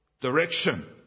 direction